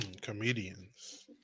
Comedians